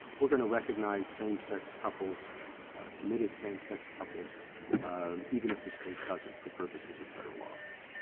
we're going to recognize same-sex couples committed same-sex couples even if the state doesn't, for purposes of federal law?